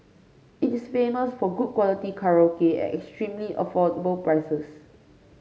it is famous for good quality karaoke at extremely affordable prices